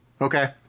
Okay